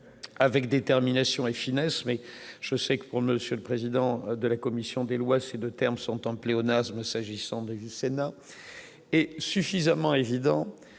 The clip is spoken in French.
avec détermination et finesse, mais je sais que pour Monsieur, le président de la commission des lois, ces 2 termes sont en le pléonasme s'agissant du Sénat est suffisamment évident